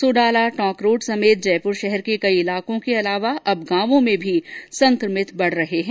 Sodala Tonk road समेत जयपुर शहर के कई इलाकों के अलावा अब गांवों भी संकमित मिल रहे हैं